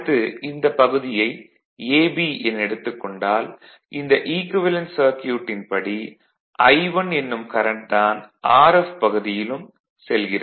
அடுத்து இந்தப் பகுதியை a b என எடுத்துக் கொண்டால் இந்த ஈக்குவேலன்ட் சர்க்யூட்டின் படி I1 என்னும் கரண்ட் தான் rf பகுதியிலும் செல்கிறது